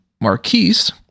marquise